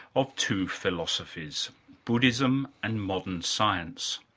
of two philosophies buddhism and modern science.